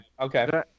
okay